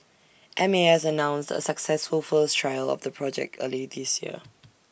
M A S announced A successful first trial of the project early this year